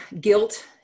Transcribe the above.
guilt